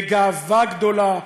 בגאווה גדולה,